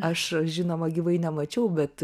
aš žinoma gyvai nemačiau bet